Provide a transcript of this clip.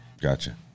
Gotcha